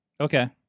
Okay